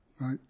right